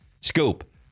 Scoop